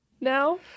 now